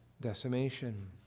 decimation